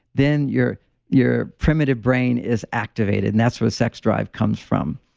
then your your primitive brain is activated, and that's what a sex drive comes from.